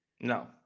No